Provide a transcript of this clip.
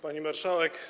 Pani Marszałek!